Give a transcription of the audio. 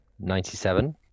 Ninety-seven